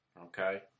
okay